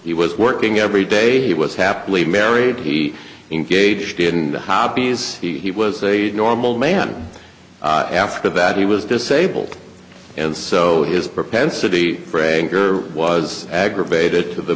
he was working every day he was happily married he engaged in hobbies he was a normal man after that he was disabled and so his propensity for a girl was aggravated t